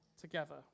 together